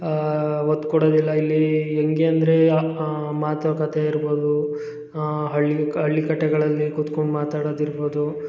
ಒತ್ತು ಕೊಡೋದಿಲ್ಲ ಇಲ್ಲಿ ಹೆಂಗೆ ಅಂದರೆ ಮಾತುಕತೆ ಇರ್ಬೋದು ಹಾಂ ಹಳ್ಳಿ ಕ ಹಳ್ಳಿಕಟ್ಟೆಗಳಲ್ಲಿ ಕೂತ್ಕೊಂಡು ಮಾತಾಡೋದಿರ್ಬೋದು